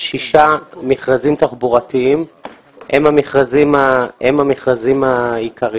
שישה מכרזים תחבורתיים שהם המכרזים העיקריים